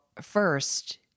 first